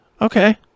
okay